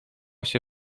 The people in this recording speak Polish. się